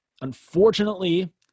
Unfortunately